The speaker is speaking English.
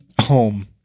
home